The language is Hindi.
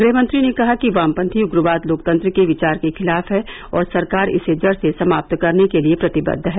गृहमंत्री ने कहा कि वामपंथी उग्रवाद लोकतंत्र के विचार के खिलाफ है और सरकार इसे जड़ से समाप्त करने के लिए प्रतिबद्ध है